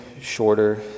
shorter